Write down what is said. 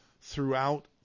throughout